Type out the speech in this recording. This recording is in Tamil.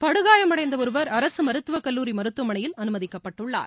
படுகாயம் அடைந்த ஒருவர் அரசு மருத்துவக் கல்லூரி மருத்துவமனையில் அனுமதிக்கப்பட்டுள்ளார்